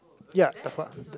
ya the far